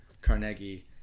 Carnegie